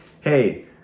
Hey